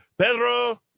Pedro